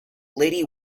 lady